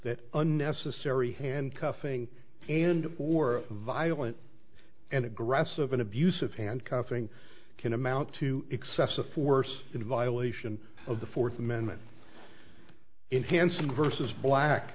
that unnecessary handcuffing and or violent and aggressive and abusive handcuffing can amount to excessive force in violation of the fourth amendment enhanced versus black